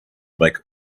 make